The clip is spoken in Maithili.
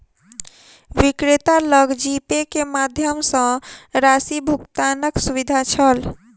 विक्रेता लग जीपे के माध्यम सॅ राशि भुगतानक सुविधा छल